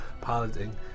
piloting